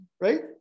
right